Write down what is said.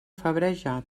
febreja